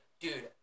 Dude